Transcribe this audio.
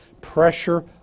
pressure